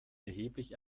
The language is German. erheblich